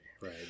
right